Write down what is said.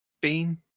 Bean